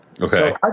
Okay